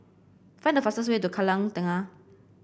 find the fastest way to Kallang Tengah